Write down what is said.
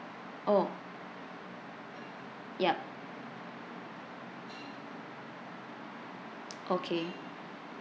orh yup okay